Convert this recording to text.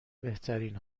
بهترین